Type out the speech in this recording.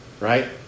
Right